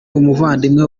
umuvandimwe